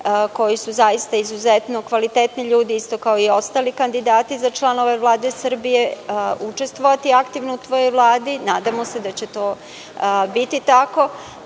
koji su zaista izuzetno kvalitetni ljudi, isto kao i ostali kandidati za članove Vlade Srbije, učestvovati aktivno u toj vladi, nadamo se da će to biti tako